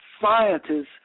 scientists